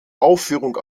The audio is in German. aufführung